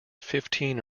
fifteen